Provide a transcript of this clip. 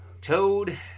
Toad